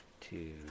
two